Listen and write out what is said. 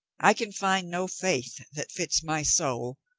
i can find no faith that fits my soul,